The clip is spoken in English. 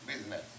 business